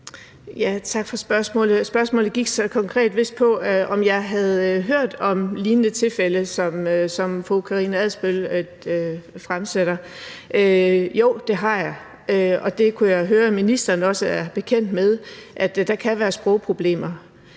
Spørgsmålet gik så vist konkret på, om jeg havde hørt om lignende tilfælde, som dem fru Karina Adsbøl fremsætter. Jo, det har jeg, og det kunne jeg høre ministeren også er bekendt med, altså at der kan være sprogproblemer.